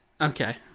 Okay